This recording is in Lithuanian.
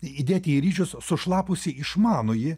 įdėti į ryžius sušlapusį išmanųjį